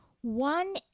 One